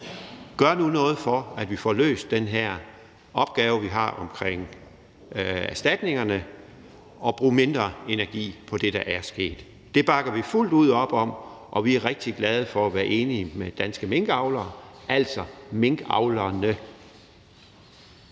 Gør nu noget for, at vi får løst den her opgave, vi har, omkring erstatningerne, og brug mindre energi på det, der er sket. Det bakker vi fuldt ud op om, og vi er rigtig glade for at være enige med Danske Minkavlere, altså med minkavlerne.